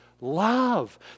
love